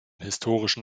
historischen